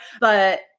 but-